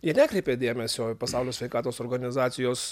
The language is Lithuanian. jie nekreipė dėmesio į pasaulio sveikatos organizacijos